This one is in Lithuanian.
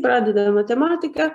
pradeda matematiką